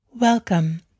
Welcome